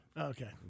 Okay